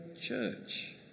church